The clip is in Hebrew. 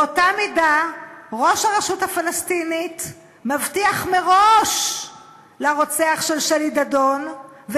באותה מידה ראש הרשות הפלסטינית מבטיח מראש לרוצח של שלי דדון,